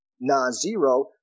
non-zero